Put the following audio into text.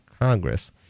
Congress